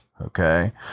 okay